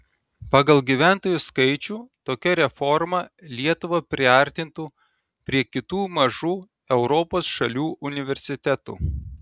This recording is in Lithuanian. pagal gyventojų skaičių tokia reforma lietuvą priartintų prie kitų mažų europos šalių universitetų